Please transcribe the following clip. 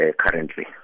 currently